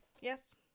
Yes